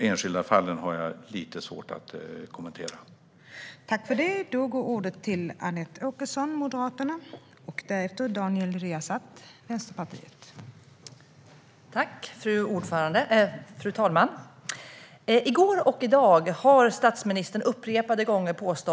Jag har lite svårt att kommentera enskilda fall.